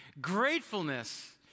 Gratefulness